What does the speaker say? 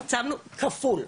הקצבנו כפול.